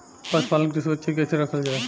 पशुपालन के सुरक्षित कैसे रखल जाई?